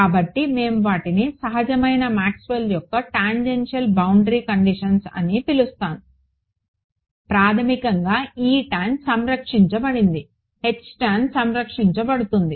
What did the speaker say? కాబట్టి మేము వాటిని సహజమైన మాక్స్వెల్ యొక్క టాంజెన్షియల్ బౌండరీ కండిషన్స్ని పిలుస్తున్నాను ప్రాథమికంగా E టాన్ సంరక్షించబడింది H టాన్ సంరక్షించబడుతుంది